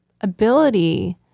ability